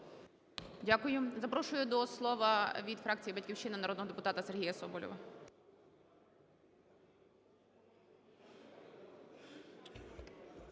Дякую. Запрошую до слова від фракції "Батьківщина" народного депутата Сергія Соболєва.